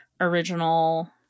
original